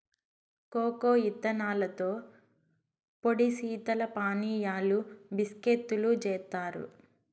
cocoa ఇత్తనాలతో పొడి శీతల పానీయాలు, బిస్కేత్తులు జేత్తారు